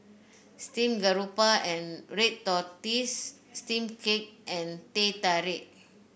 Steamed Garoupa and Red Tortoise Steamed Cake and Teh Tarik